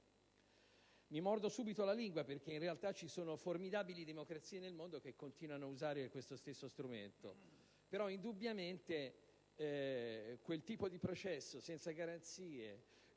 Mi mordo subito la lingua, perché in realtà vi sono formidabili democrazie nel mondo che continuano ad usare questo stesso strumento. Indubbiamente, però, quel tipo di processo senza garanzie,